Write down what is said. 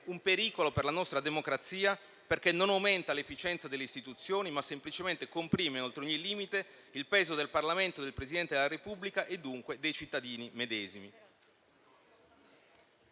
un pericolo per la nostra democrazia, perché non aumenta l'efficienza delle istituzioni, ma semplicemente comprime oltre ogni limite il peso del Parlamento e del Presidente della Repubblica e, dunque, dei cittadini medesimi.